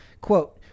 Quote